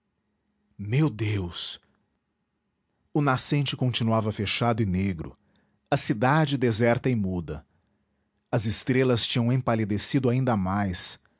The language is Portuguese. meu deus o nascente continuava fechado e negro a cidade deserta e muda as estrelas tinham empalidecido ainda mais